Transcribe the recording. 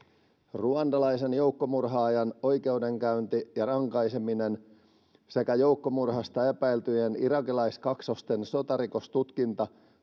ruandalaisen joukkomurhaajan oikeudenkäynti ja rankaiseminen sekä joukkomurhasta epäiltyjen irakilaiskaksosten sotarikostutkinta